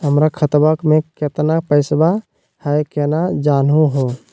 हमर खतवा मे केतना पैसवा हई, केना जानहु हो?